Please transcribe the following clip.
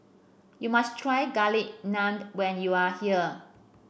you must try Garlic Naan when you are here